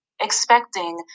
Expecting